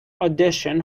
audition